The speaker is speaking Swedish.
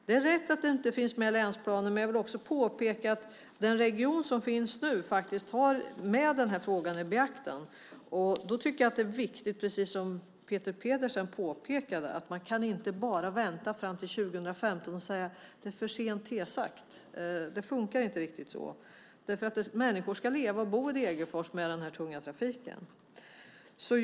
Det är rätt att det inte finns med i länsplanen, men jag vill påpeka att man på regionplanet faktiskt tar frågan i beaktande. Då tycker jag att det är viktigt att, precis som Peter Pedersen påpekade, inte vänta till 2015 och säga att det nu är för sent. Det fungerar inte riktigt så eftersom människor måste leva och bo med den tunga trafiken i Degerfors.